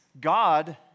God